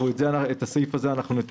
התשפ"א-2021." את סעיף 2 אנחנו נתקן,